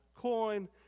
coin